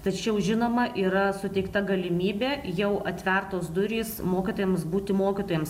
tačiau žinoma yra suteikta galimybė jau atvertos durys mokytojams būti mokytojams